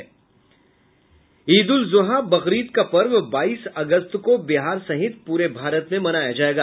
ईद उल जुहा बकरीद का पर्व बाईस अगस्त को बिहार सहित पूरे भारत में मनाया जायेगा